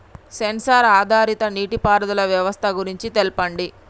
Censor ఆధారిత నీటిపారుదల వ్యవస్థ గురించి తెల్పండి?